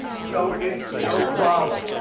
so it's no problem.